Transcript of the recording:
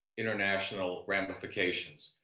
international ramifications.